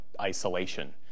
isolation